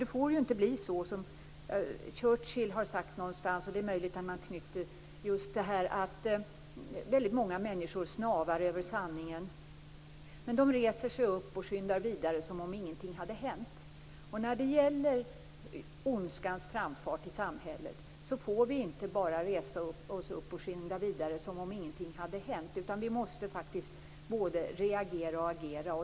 Det får inte bli så som Churchill har sagt - det är möjligt att han har knyckt det - att många människor snavar över sanningen, men reser sig upp och skyndar vidare som om ingenting hänt. När det gäller ondskans framfart i samhället får vi inte bara resa oss upp och skynda vidare som om ingenting hade hänt. Vi måste både reagera och agera.